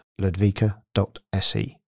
ludvika.se